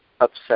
upset